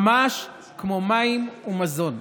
ממש כמו מים ומזון,